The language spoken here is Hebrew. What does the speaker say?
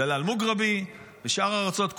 דלאל מוגרבי ושאר הרוצחות,